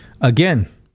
Again